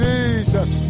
Jesus